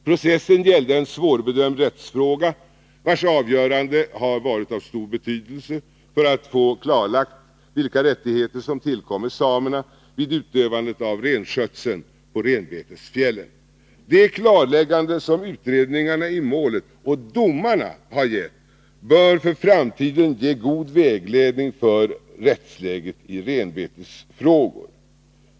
Processen gällde en svårbedömd rättsfråga, vars avgörande har varit av stor betydelse för att få klarlagt vilka rättigheter som tillkommer samerna vid utövandet av renskötsel på renbetesfjällen. De klarlägganden som utredningarna i målet och, framför allt, domarna har gett bör för framtiden ge god vägledning för rättsläget i renbetesfrågor.